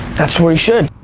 that's where you should.